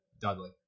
Dudley